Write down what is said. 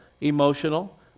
emotional